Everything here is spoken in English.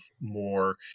more